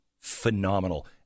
phenomenal